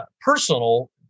personal